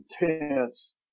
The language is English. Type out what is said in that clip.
intense